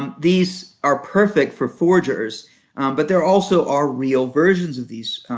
um these are perfect for forgers but there also are real versions of these.